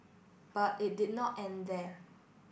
but it did not end there